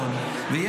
מה?